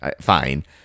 Fine